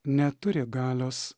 neturi galios